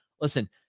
listen